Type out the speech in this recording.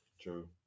true